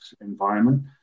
environment